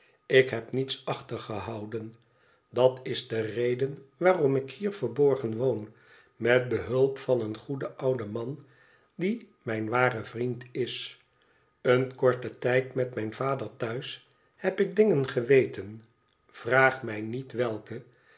ik heb niets achtergehouden dat is de reden waarom ik hier verborgen woon met behulp van een goeden ouden man die mijn ware vriend is en korten tijd met mijn vader thuis heb ik dingen geweten vraag mij niet welke